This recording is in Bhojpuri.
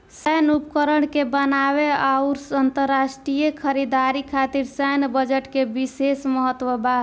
सैन्य उपकरण के बनावे आउर अंतरराष्ट्रीय खरीदारी खातिर सैन्य बजट के बिशेस महत्व बा